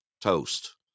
Toast